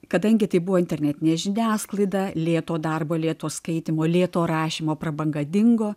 kadangi tai buvo internetinė žiniasklaida lėto darbo lėto skaitymo lėto rašymo prabanga dingo